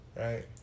right